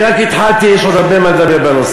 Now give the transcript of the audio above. אני רק התחלתי, יש עוד הרבה מה לדבר בנושא.